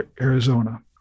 Arizona